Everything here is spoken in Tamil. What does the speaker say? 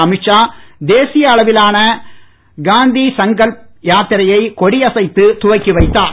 அமித்ஷா தேசிய அளவிலான காந்தி சங்கல்ப் யாத்திராலையை கொடியசைத்து துவக்கி வைத்தார்